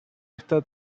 esta